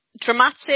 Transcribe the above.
dramatic